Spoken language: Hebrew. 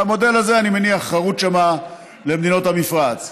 והמודל הזה, אני מניח, חרות שם למדינות המפרץ.